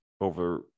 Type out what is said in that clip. over